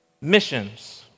missions